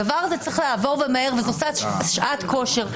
הדבר הזה צריך לעבור ומהר, וזאת שעת כושר.